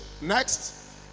Next